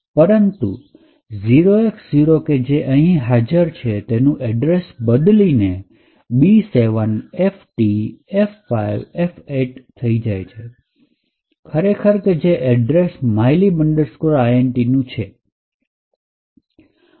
પરંતુ 0X0 કે જે અહીં હાજર છે તેનું એડ્રેસ બદલીને B7FTF5F8 થઈ જાય છે કે ખરેખર જે કે એડ્રેસ mylib int નું છે